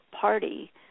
party